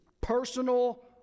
personal